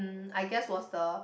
mm I guess was the